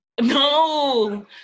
No